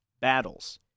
battles